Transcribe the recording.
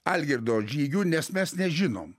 algirdo žygių nes mes nežinom